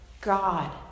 God